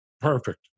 perfect